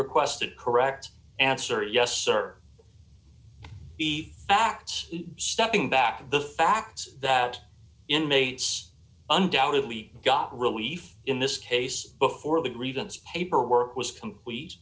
requested correct answer yes sir be facts stepping back the fact that inmates undoubtedly got relief in this case before the grievance paperwork was complete